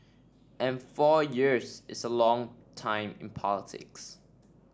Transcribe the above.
and four years is a long time in politics